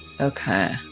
Okay